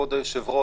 כבוד היושב-ראש,